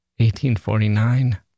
1849